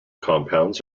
compounds